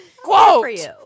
Quote